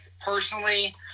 personally